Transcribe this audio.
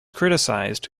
criticized